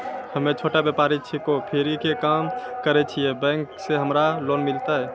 हम्मे छोटा व्यपारी छिकौं, फेरी के काम करे छियै, बैंक से हमरा लोन मिलतै?